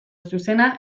zuzena